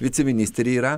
viceministrė yra